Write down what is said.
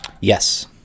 Yes